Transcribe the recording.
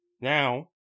Now